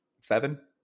seven